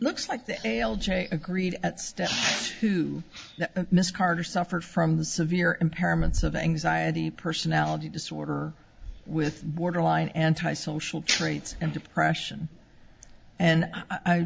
looks like they agreed at step to miss carter suffered from the severe impairments of anxiety personality disorder with borderline antisocial traits and depression and i